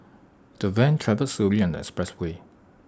the van travelled slowly on the expressway